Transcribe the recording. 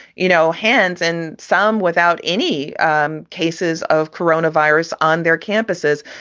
you know, hands and some without any um cases of corona virus on their campuses.